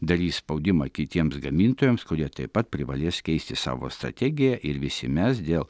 darys spaudimą kitiems gamintojams kurie taip pat privalės keisti savo strategiją ir visi mes dėl